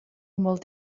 molt